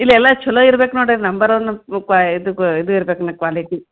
ಇಲ್ಲ ಎಲ್ಲ ಛಲೋ ಇರ್ಬೇಕು ನೋಡಿ ರೀ ನಂಬರ್ ಒನ್ ಮ್ ಕ್ವಾ ಇದ್ ಗ ಇದು ಇರ್ಬೇಕ್ ಮತ್ತೆ ಕ್ವಾಲಿಟಿ